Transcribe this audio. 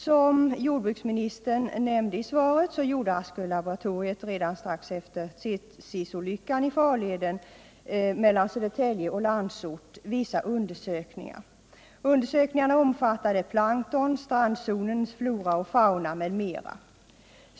Som jordbruksministern nämnde i sitt svar gjorde Askölaboratoriet redan strax efter Tsesisolyckan i farleden mellan Södertälje och Landsort vissa undersökningar. Undersökningarna omfattade plankton, strandzonens flora och fauna m.m.